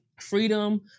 freedom